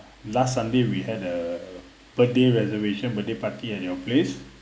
last sunday we had a birthday reservation birthday party at your place